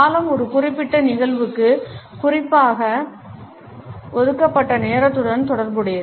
காலம் ஒரு குறிப்பிட்ட நிகழ்வுக்கு முறையாக ஒதுக்கப்பட்ட நேரத்துடன் தொடர்புடையது